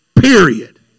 Period